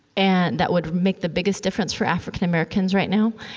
and that would make the biggest difference for african-americans right now.